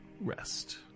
rest